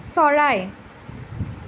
চৰাই